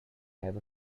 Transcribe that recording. have